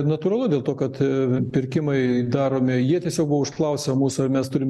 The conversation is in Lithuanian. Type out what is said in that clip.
natūralu dėl to kad pirkimai daromi jie tiesiog buvo užklausę mūsų ar mes turim